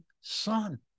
Son